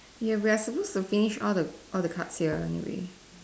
ya we're supposed to finish all the all the cards here anyway